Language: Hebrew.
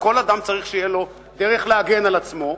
לכל אדם צריך שתהיה דרך להגן על עצמו,